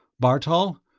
bartol?